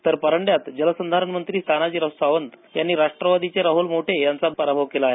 तर परांड्यात जलसंधारण मंत्री तानाजीराव सावंत यांनी राष्ट्रवादीचे राहल मोटे यांचा पराभव केला आहे